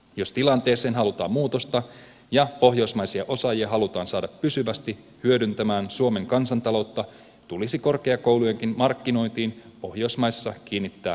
jos tilanteeseen halutaan muutosta ja pohjoismaisia osaajia halutaan saada pysyvästi hyödyttämään suomen kansantaloutta tulisi korkeakoulujenkin markkinointiin pohjoismaissa kiinnittää erityistä huomiota